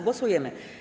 Głosujemy.